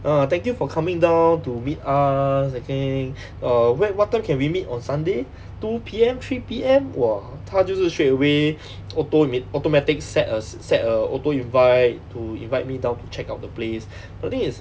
ah thank you for coming down to meet us again err whe~ what time can we meet on sunday two P_M three P_M !wah! 他就是 straight away auto mi~ automatic set a set a auto invite to invite me down to check out the place I think it's